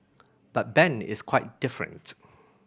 but Ben is quite different